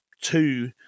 two